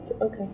Okay